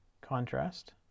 contrast